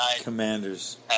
Commanders